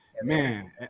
man